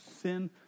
sin